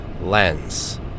lens